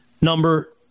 number